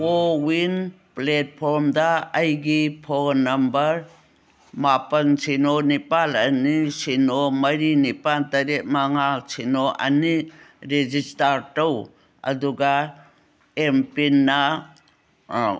CoWIN ꯄ꯭ꯂꯦꯠꯐꯣꯝꯗ ꯑꯩꯒꯤ phone number ꯃꯥꯄꯟ ꯁꯤꯅꯣ ꯅꯤꯄꯥꯟ ꯑꯅꯤ ꯁꯤꯅꯣ ꯃꯔꯤ ꯅꯤꯄꯥꯟ ꯇꯔꯦꯠ ꯃꯉꯥ ꯁꯤꯅꯣ ꯑꯅꯤ ꯔꯦꯖꯤꯁꯇꯥꯔ ꯇꯧ ꯑꯗꯨꯒ ꯑꯦꯝ ꯄꯤꯟꯅ